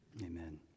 amen